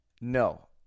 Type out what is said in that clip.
no